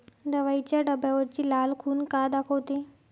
दवाईच्या डब्यावरची लाल खून का दाखवते?